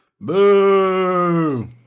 Boo